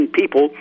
people